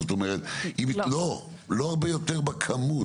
זאת אומרת, לא, לא הרבה יותר בכמות.